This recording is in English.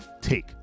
take